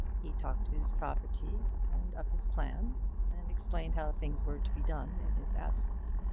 he talked of his property and of his plans, and explained how things were to be done in his absence.